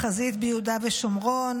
בחזית ביהודה ושומרון,